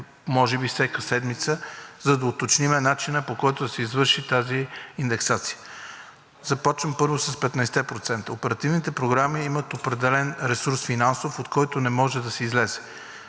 може би всяка седмица, за да уточним начина, по който да се извърши тази индексация. Започвам първо с 15-те процента. Оперативните програми имат определен финансов ресурс, от който не може да се излезе.